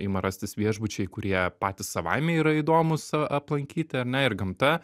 ima rastis viešbučiai kurie patys savaime yra įdomūs aplankyti ar ne ir gamta